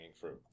Fruit